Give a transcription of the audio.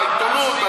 העיתונות,